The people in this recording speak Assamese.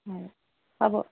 হয় পাব